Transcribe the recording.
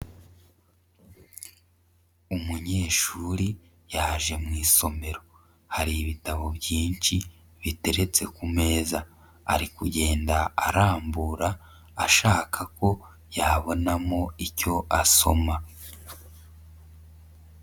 Umunyeshuri yaje mu isomero, hari ibitabo byinshi biteretse ku meza, ari kugenda arambura ashaka ko yabonamo icyo asoma.